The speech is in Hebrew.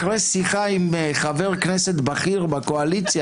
אחרי שיחה עם חבר כנסת בכיר בקואליציה